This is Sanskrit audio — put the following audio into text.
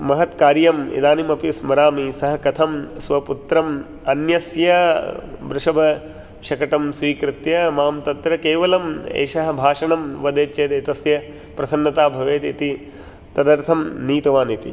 महत्कार्यम् इदानीमपि स्मरामि सः कथं स्वपुत्रम् अन्यस्य वृषभशकटं स्वीकृत्य मां तत्र केवलम् एषः भाषणं वदेचेत् एतस्य प्रसन्नता भवेदिति तदर्थं नीतवानिति